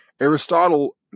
Aristotle